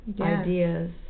ideas